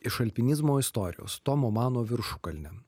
iš alpinizmo istorijos tomo mano viršukalnė